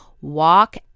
Walk